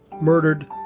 murdered